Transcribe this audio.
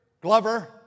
Glover